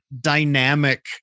dynamic